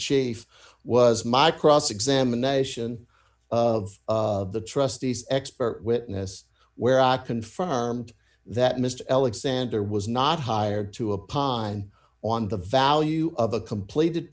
chief was my cross examination of the trustees expert witness where i confirmed that mr alexander was not hired to upon on the value of a completed